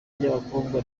ry’abakobwa